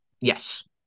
Yes